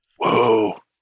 Whoa